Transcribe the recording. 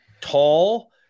tall